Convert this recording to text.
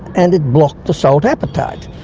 and it blocked the salt appetite.